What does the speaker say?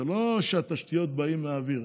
זה לא שהתשתיות באות מהאוויר.